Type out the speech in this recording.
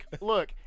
look